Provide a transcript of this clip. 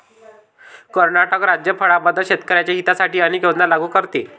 कर्नाटक राज्य फळांबद्दल शेतकर्यांच्या हितासाठी अनेक योजना लागू करते